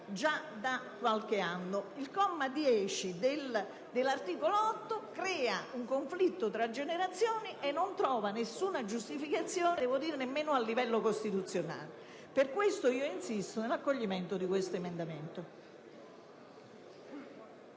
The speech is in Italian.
già da 10 anni. Il comma 10 dell'articolo 8 crea infatti un conflitto tra generazioni e non trova nessuna giustificazione nemmeno a livello costituzionale. Per questo insisto per l'accoglimento dell'emendamento